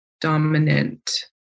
dominant